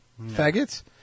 faggots